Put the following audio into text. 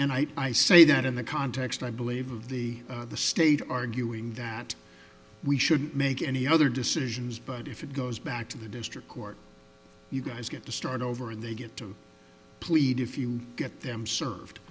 and i say that in the context i believe of the state arguing that we shouldn't make any other decisions but if it goes back to the district court you guys get to start over and they get to plead if you get them served